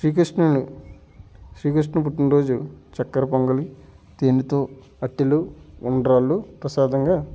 శ్రీకృష్ణుని శ్రీకృష్ణుని పుట్టినరోజు చక్కర పొంగలి తేనెతో అటుకులు ఉండ్రాళ్ళు ప్రసాదంగా